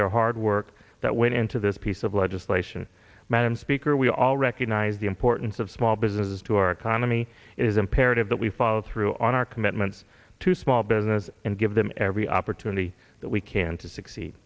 their hard work that went into this piece of legislation madam speaker we all recognize the importance of small business to our economy it is imperative that we follow through on our commitments to small businesses and give them every opportunity that we can to succeed